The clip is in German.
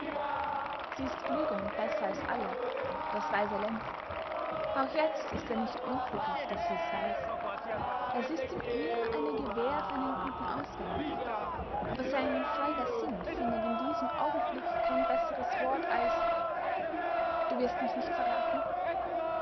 sie ist klüger und besser als alle das weiß er längst auch jetzt ist er nicht unglücklich daß sie's weiß es ist ihm eher eine gewähr für einen guten ausgang aber sein feiger sinn findet in diesem augenblick kein besseres wort als du wirst mich nicht verraten